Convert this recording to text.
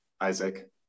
Isaac